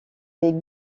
des